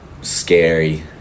scary